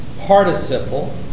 participle